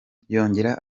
yongera